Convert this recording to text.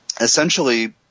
Essentially